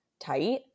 tight